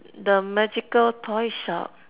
the magical toy shop